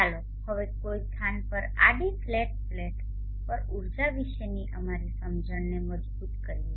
ચાલો હવે કોઈ સ્થાન પર આડી ફ્લેટ પ્લેટ પર ઉર્જા વિશેની અમારી સમજણને મજબૂત કરીએ